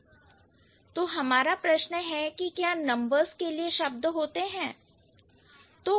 तो हमारा प्रश्न है कि क्या नंबर्स के लिए शब्द होते हैं